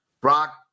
Brock